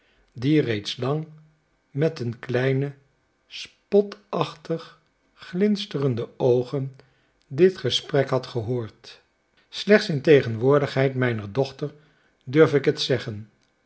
die reeds lang met zijn kleine spotachtig glinsterende oogen dit gesprek had gehoord slechts in tegenwoordigheid mijner dochter durf ik het zeggen